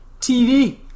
TV